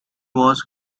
was